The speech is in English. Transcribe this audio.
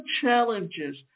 challenges